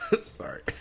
Sorry